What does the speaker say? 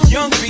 Young